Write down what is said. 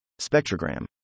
spectrogram